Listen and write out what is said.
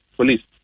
police